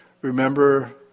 Remember